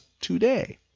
today